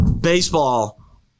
baseball